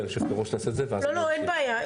אין בעיה.